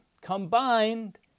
combined